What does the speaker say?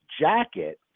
jacket